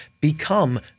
become